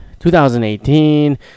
2018